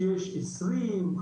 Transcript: שיש 20,